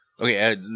Okay